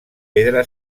pedra